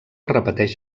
repeteix